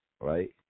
right